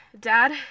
Dad